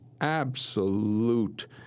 absolute—